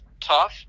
tough